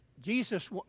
Jesus